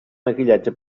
maquillatge